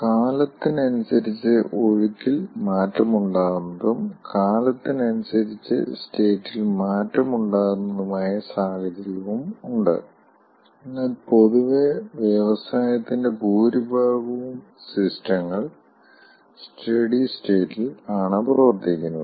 കാലത്തിനനുസരിച്ച് ഒഴുക്കിൽ മാറ്റമുണ്ടാകുന്നതും കാലത്തിനനുസരിച്ച് സ്റ്റേറ്റിൽ മാറ്റമുണ്ടാകുന്നതുമായ സാഹചര്യവും ഉണ്ട് എന്നാൽ പൊതുവേ വ്യവസായത്തിന്റെ ഭൂരിഭാഗവും സിസ്റ്റങ്ങൾ സ്റ്റെഡി സ്റ്റേറ്റിൽ ആണ് പ്രവർത്തിക്കുന്നത്